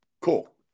Cool